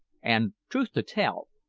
and, truth to tell,